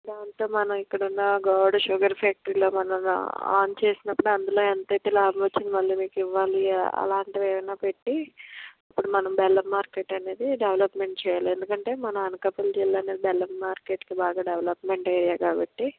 దాంతో మనం ఇక్కడున్న గోవాడ షుగర్ ఫ్యాక్టరీలో మనం ఆన్ చేసినప్పుడు అందులో ఎంత అయితే లాభం వచ్చిందో వాళ్ళు మీకు ఇవ్వాలి అలాంటివి ఏమయినాపెట్టి ఇప్పుడు మనం బెల్లం మార్కెట్ అనేది డెవలప్మెంట్ ఎందుకంటే మన అనకాపల్లి జిల్లా అనేది బెల్లం మార్కెట్కి బాగా డెవలప్మెంట్ ఏరియా కాబట్టి